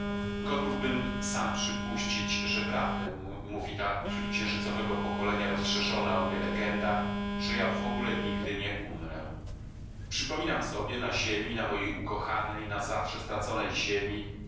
istoty gotówbym sam przypuścić że prawdę mówi ta wśród księżycowego pokolenia rozszerzona o mnie legenda że ja wogóle nigdy nie umrę przypominam sobie na ziemi na mojej ukochanej na zawsze straconej ziemi